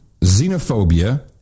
xenophobia